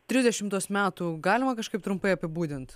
trisdešim tuos metų galima kažkaip trumpai apibūdint